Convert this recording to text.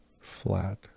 flat